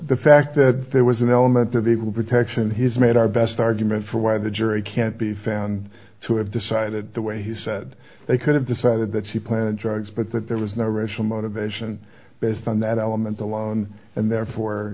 the fact that there was an element of equal protection has made our best argument for why the jury can't be found to have decided the way he said they could have decided that she planned drugs but that there was no racial motivation based on that element alone and therefore